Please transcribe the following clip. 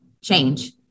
change